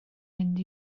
mynd